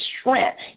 strength